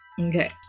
Okay